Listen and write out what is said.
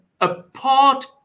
apart